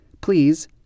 please